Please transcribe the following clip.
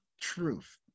truth